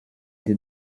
wird